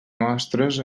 mostres